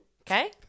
okay